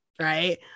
Right